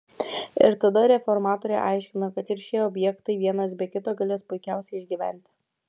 ir tada reformatoriai aiškino kad ir šie objektai vienas be kito galės puikiausiai išgyventi